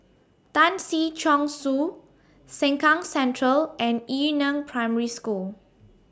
Tan Si Chong Su Sengkang Central and Yu Neng Primary School